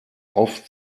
oft